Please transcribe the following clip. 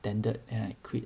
tendered then I quit